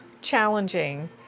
challenging